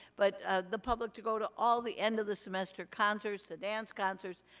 but the public to go to all the end of the semester concerts. the dance concerts,